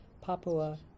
Papua